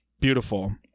Beautiful